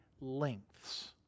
lengths